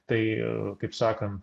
tai kaip sakant